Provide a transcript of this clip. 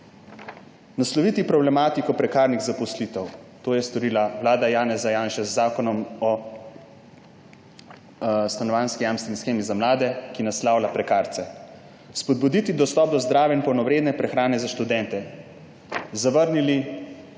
Nasloviti problematiko prekarnih zaposlitev. To je storila vlada Janeza Janše z Zakonom o stanovanjski jamstveni shemi za mlade, ki naslavlja prekarce. Spodbuditi dostop do zdrave in polnovredne prehrane za študente. Zavrnili